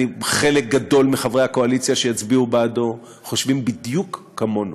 חלק גדול מחברי הקואליציה שיצביעו בעדו חושבים בדיוק כמונו,